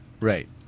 Right